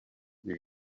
you